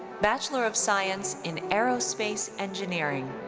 bachelor of science in aerospace engineering.